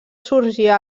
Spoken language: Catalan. sorgir